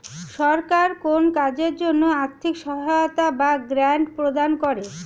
সরকার কোন কাজের জন্য আর্থিক সহায়তা বা গ্র্যান্ট প্রদান করে